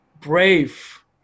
brave